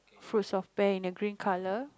fruits of pear in a green color